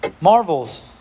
Marvels